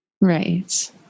Right